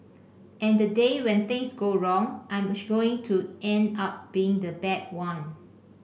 and the day when things go wrong I'm going to end up being the bad one